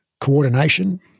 coordination